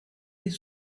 des